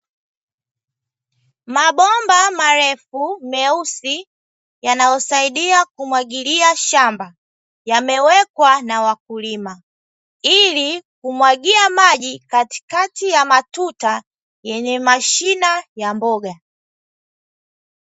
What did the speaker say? Mabomba marefu meusi yanayosaidia kumwagilia shamba, yamewekwa na wakulima ili kumwagia maji katikati ya matuta yenye mashina ya mboga.